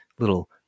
Little